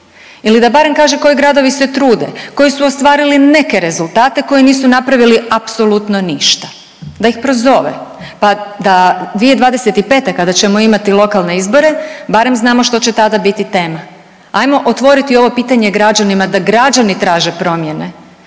ili da barem kaže koji gradovi se trude, koji su ostvarili neke rezultate koji nisu napravili apsolutno ništa da ih prozove pa da 2025. kada ćemo imati lokalne izbore barem znamo što će tada biti tema. Ajmo otvoriti ovo pitanje građanima da građani traže promijene,